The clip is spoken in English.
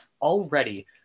already